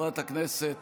חברת הכנסת